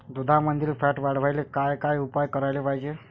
दुधामंदील फॅट वाढवायले काय काय उपाय करायले पाहिजे?